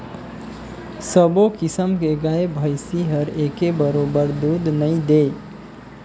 सबो किसम के गाय भइसी हर एके बरोबर दूद नइ दे